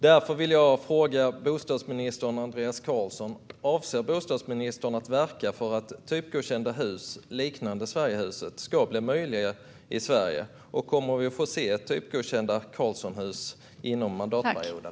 Därför vill jag fråga bostadsminister Andreas Carlson: Avser bostadsministern att verka för att typgodkända hus liknande Sverigehuset ska bli möjliga i Sverige? Och kommer vi att få se typgodkända Carlsonhus inom mandatperioden?